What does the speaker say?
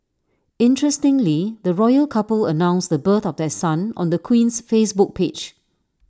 interestingly the royal couple announced the birth of their son on the Queen's Facebook page